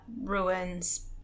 ruins